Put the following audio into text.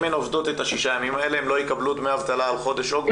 אם הן עובדות את שישה הימים האלה הן לא יקבלו דמי אבטלה על חודש אוגוסט?